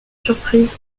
surprise